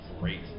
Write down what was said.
great